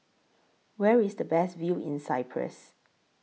Where IS The Best View in Cyprus